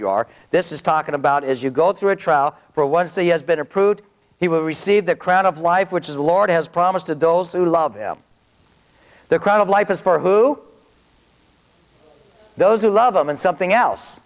you are this is talking about as you go through a trial for once he has been approved he will receive the crown of life which is the lord has promised to do those who love him the crown of life is for who those who love him and something else